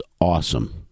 awesome